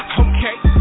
okay